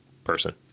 person